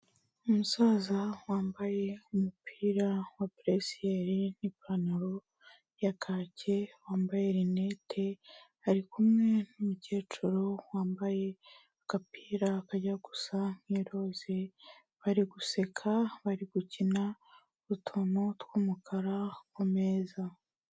Umusaza wambaye umupira wa buresiyeri n'ipantaro ya kake, wambaye rinete, ari kumwe n'umukecuru wambaye agapira kajya gusa nk'iroze, bari guseka, bari gukina utuntu tw'umukara ku meza.